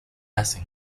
hacen